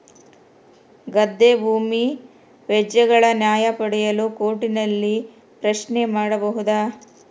ಗದ್ದೆ ಭೂಮಿ ವ್ಯಾಜ್ಯಗಳ ನ್ಯಾಯ ಪಡೆಯಲು ಕೋರ್ಟ್ ನಲ್ಲಿ ಪ್ರಶ್ನೆ ಮಾಡಬಹುದಾ?